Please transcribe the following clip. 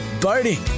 boating